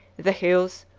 the hills,